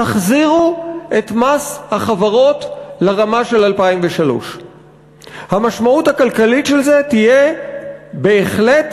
תחזירו את מס החברות לרמה של 2003. המשמעות הכלכלית של זה תהיה בהחלט